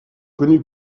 connu